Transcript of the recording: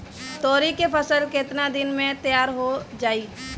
तोरी के फसल केतना दिन में तैयार हो जाई?